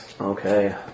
Okay